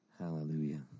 Hallelujah